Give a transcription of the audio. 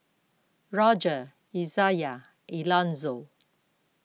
Roger Izayah and Elonzo